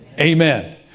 Amen